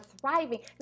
thriving